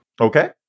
Okay